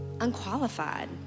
unqualified